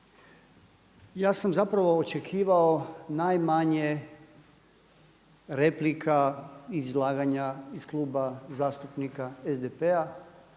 ja sam zapravo očekivao najmanje replika i izlaganja iz Kluba zastupnika SDP-a